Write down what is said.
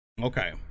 Okay